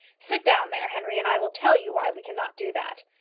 sit down there, henry, and i will tell you why we cannot do that.